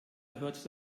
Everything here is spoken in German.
hört